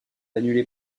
annulés